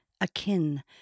akin